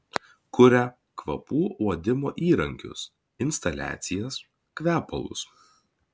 kuria kvapų uodimo įrankius instaliacijas kvepalus